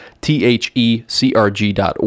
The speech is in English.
T-H-E-C-R-G.org